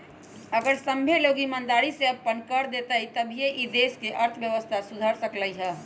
अगर सभ्भे लोग ईमानदारी से अप्पन कर देतई तभीए ई देश के अर्थव्यवस्था सुधर सकलई ह